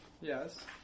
Yes